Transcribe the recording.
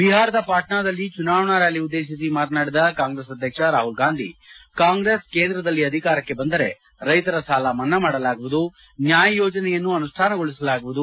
ಬಿಹಾರದ ಪಾಟ್ನಾದಲ್ಲಿ ಚುನಾವಣಾ ರ್ಕಾಲಿ ಉದ್ದೇಶಿಸಿ ಮಾತನಾಡಿದ ಕಾಂಗ್ರೆಸ್ ಅಧ್ಯಕ್ಷ ರಾಹುಲ್ ಗಾಂಧಿ ಕಾಂಗ್ರೆಸ್ ಕೇಂದ್ರದಲ್ಲಿ ಅಧಿಕಾರಕ್ಕೆ ಬಂದರೆ ರೈತರ ಸಾಲ ಮನ್ನಾ ಮಾಡಲಾಗುವುದು ನ್ಯಾಯ್ ಯೋಜನೆಯನ್ನು ಅನುಷ್ಠಾನಗೊಳಿಸಲಾಗುವುದು